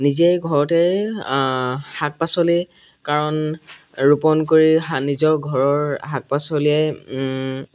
নিজেই ঘৰতেই শাক পাচলি কাৰণ ৰোপণ কৰি শা নিজৰ ঘৰৰ শাক পাচলিয়েই